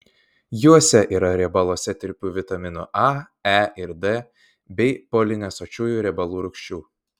juose yra riebaluose tirpių vitaminų a e ir d bei polinesočiųjų riebalų rūgščių